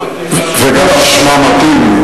וגם שמה, גם שמה מתאים.